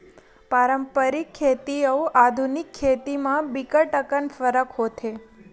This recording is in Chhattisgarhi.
पारंपरिक खेती अउ आधुनिक खेती म बिकट अकन फरक होथे